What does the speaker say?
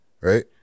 Right